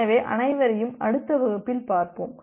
எனவே அனைவரையும் அடுத்த வகுப்பில் பார்ப்போம்